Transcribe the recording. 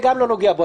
זה גם לא נוגע בו.